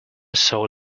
saw